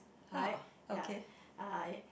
right ya I